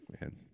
man